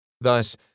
Thus